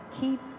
keep